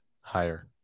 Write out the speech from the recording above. Higher